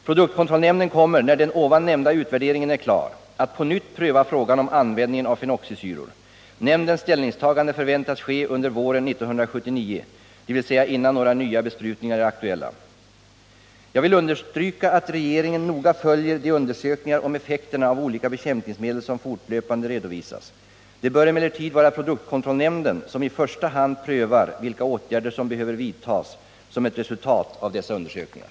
Produktkontrollnämnden kommer, när den nämnda utvärderingen är klar, att på nytt pröva frågan om användningen av fenoxisyror. Nämndens ställningstagande förväntas ske under våren 1979, dvs. innan några nya besprutningar är aktuella. Jag vill understryka att regeringen noga följer de undersökningar om effekterna av olika bekämpningsmedel som fortlöpande redovisas. Det bör emellertid vara produktkontrollnämnden som i första hand prövar vilka åtgärder som behöver vidtas som ett resultat av dessa undersökningar.